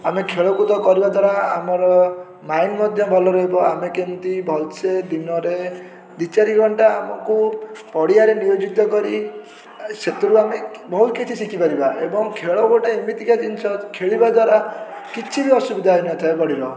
ଆମେ ଖେଳକୁଦ କରିବା ଦ୍ଵାରା ଆମର ମାଇଣ୍ଡ ମଧ୍ୟ ଭଲ ରହିବ ଆମେ କେମିତି ଭଲସେ ଦିନରେ ଦୁଇ ଚାରି ଘଣ୍ଟା ଆମକୁ ପଡ଼ିଆରେ ନିୟୋଜିତ କରି ସେଥିରୁ ଆମେ ବହୁତ କିଛି ଶିଖିପାରିବା ଏବଂ ଖେଳ ଗୋଟେ ଏମିତିକା ଜିନିଷ ଖେଳିବା ଦ୍ଵାରା କିଛି ବି ଅସୁବିଧା ହୋଇନଥାଏ ବଡ଼ିର